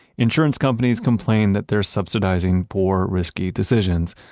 insurance companies complain that they're subsidizing poor, risky decisions,